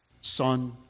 Son